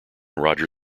roger